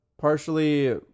Partially